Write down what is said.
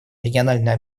региональные